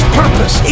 purpose